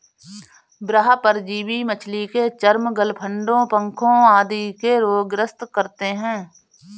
बाह्य परजीवी मछली के चर्म, गलफडों, पंखों आदि के रोग ग्रस्त करते है